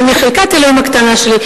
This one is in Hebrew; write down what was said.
ומחלקת אלוהים הקטנה שלי,